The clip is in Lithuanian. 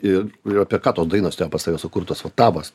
ir jau apie ką tos dainos ten pas save sukurtos vot tavos